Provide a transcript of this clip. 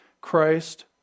Christ